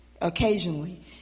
occasionally